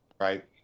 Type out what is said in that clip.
right